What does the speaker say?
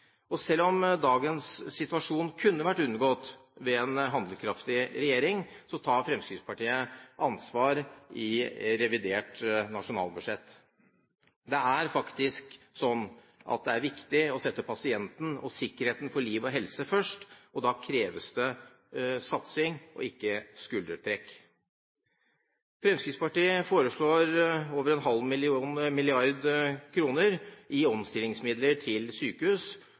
Dagens situasjon kunne vært unngått ved en handlekraftig regjering, men Fremskrittspartiet tar ansvar i revidert nasjonalbudsjett. Det er faktisk sånn at det er viktig å sette pasienten og sikkerheten for liv og helse først, og da kreves det satsing og ikke skuldertrekk. Fremskrittspartiet foreslår over en halv milliard kroner i omstillingsmidler til